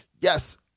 yes